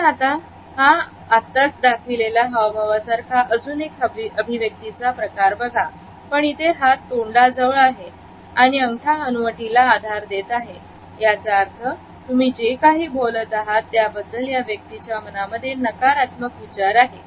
आणि आता हा आत्ताच दाखविलेल्या हावभावासारखा अजून एक अभिव्यक्तीचा प्रकार बघा पण इथे हात तोंडाजवळ आहे आणि अंगठ्या हनुवटीला आधार देत आहे याचा अर्थ तुम्ही जे काही बोलत आहात त्याबद्दल या व्यक्तीच्या मनामध्ये नकारात्मक विचार आहेत